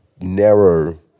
narrow